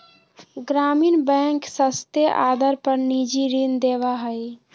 ग्रामीण बैंक सस्ते आदर पर निजी ऋण देवा हई